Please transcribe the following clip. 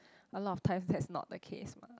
a lot of times that's not the case mah